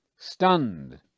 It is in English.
Stunned